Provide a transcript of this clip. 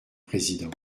président